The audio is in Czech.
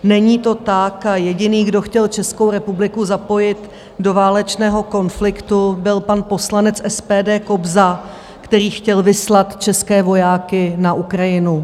Není to tak a jediný, kdo chtěl Českou republiku zapojit do válečného konfliktu, byl pan poslanec SPD Kobza, který chtěl vyslat české vojáky na Ukrajinu.